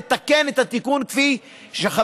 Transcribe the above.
לתקן את התיקון כפי שאתה רצית,